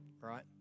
right